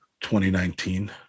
2019